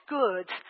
good